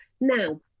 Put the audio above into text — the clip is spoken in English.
Now